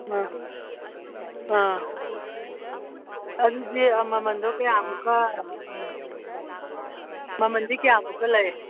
ꯑ ꯑ ꯑꯗꯨꯗꯤ ꯃꯃꯜꯗꯣ ꯀꯌꯥꯃꯨꯛꯀ ꯑ ꯃꯃꯜꯗꯤ ꯀꯌꯥꯃꯨꯛꯀ ꯂꯩ